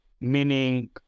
meaning